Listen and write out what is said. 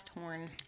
horn